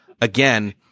again